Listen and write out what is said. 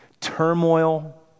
turmoil